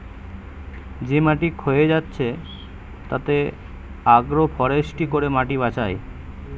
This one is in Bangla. যে মাটি ক্ষয়ে যাচ্ছে তাতে আগ্রো ফরেষ্ট্রী করে মাটি বাঁচায়